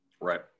Right